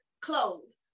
clothes